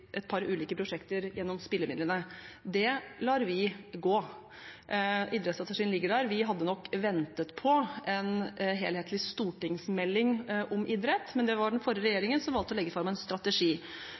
et par ulike prosjekter gjennom spillemidlene. Det lar vi gå. Idrettsstrategien ligger der. Vi hadde nok ventet på en helhetlig stortingsmelding om idrett, men det var den forrige